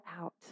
out